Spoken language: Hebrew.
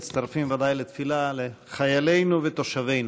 אנו מצטרפים, ודאי, לתפילה לחיילינו ותושבינו.